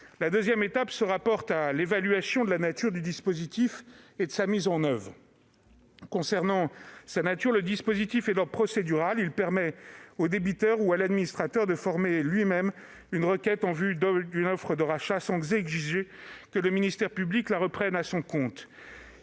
La seconde consiste à évaluer la nature du dispositif et sa mise en oeuvre. Concernant sa nature, le dispositif est d'ordre procédural : il permet au débiteur ou à 1'administrateur de former lui-même une requête en vue d'une offre de rachat, sans exiger que le ministère public la reprenne à son compte.